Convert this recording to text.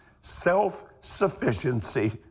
self-sufficiency